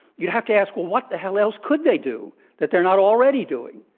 you'd have to ask, what the hell else could they do that they're not already doing?